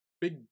big